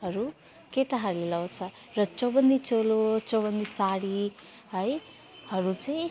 हरू केटाहरूले लगाउँछ र चौबन्दी चोलो चौबन्दी साडी है हरू चाहिँ